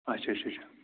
اَچھا اَچھا اَچھا